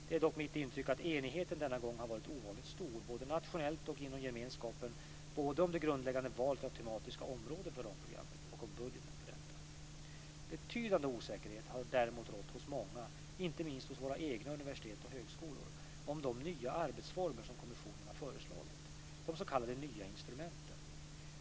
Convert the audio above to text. Det är dock mitt intryck att enigheten denna gång har varit ovanligt stor, både nationellt och inom gemenskapen, både om det grundläggande valet av tematiska områden för ramprogrammet och om budgeten för detta. Betydande osäkerhet har däremot rått hos många, inte minst hos våra egna universitet och högskolor, om de nya arbetsformer som kommissionen föreslagit, de s.k. nya instrumenten.